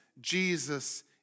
Jesus